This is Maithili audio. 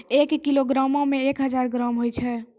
एक किलोग्रामो मे एक हजार ग्राम होय छै